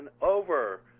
over